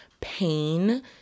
pain